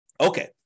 Okay